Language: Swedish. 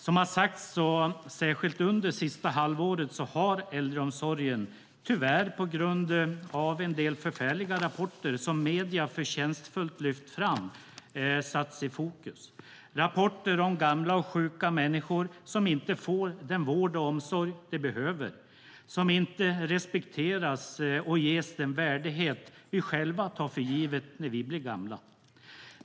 Som har sagts har äldreomsorgen särskilt under det senaste halvåret, tyvärr på grund av förfärliga rapporter som medierna förtjänstfullt har lyft fram, satts i fokus. Det har varit rapporter om gamla och sjuka människor som inte får den vård och omsorg som de behöver, som inte respekteras och ges den värdighet vi själva tar för givet när vi blir gamla.